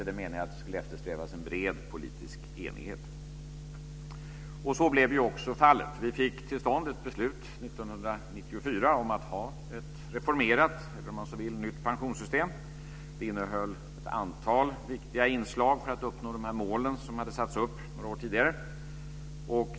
Meningen var att det skulle eftersträvas en bred politisk enighet. Så blev ju också fallet. Vi fick till stånd ett beslut 1994 om att vi skulle ha ett reformerat eller, om man så vill, nytt pensionssystem. Det innehöll ett antal viktiga inslag för att uppnå de mål som hade satts upp några år tidigare.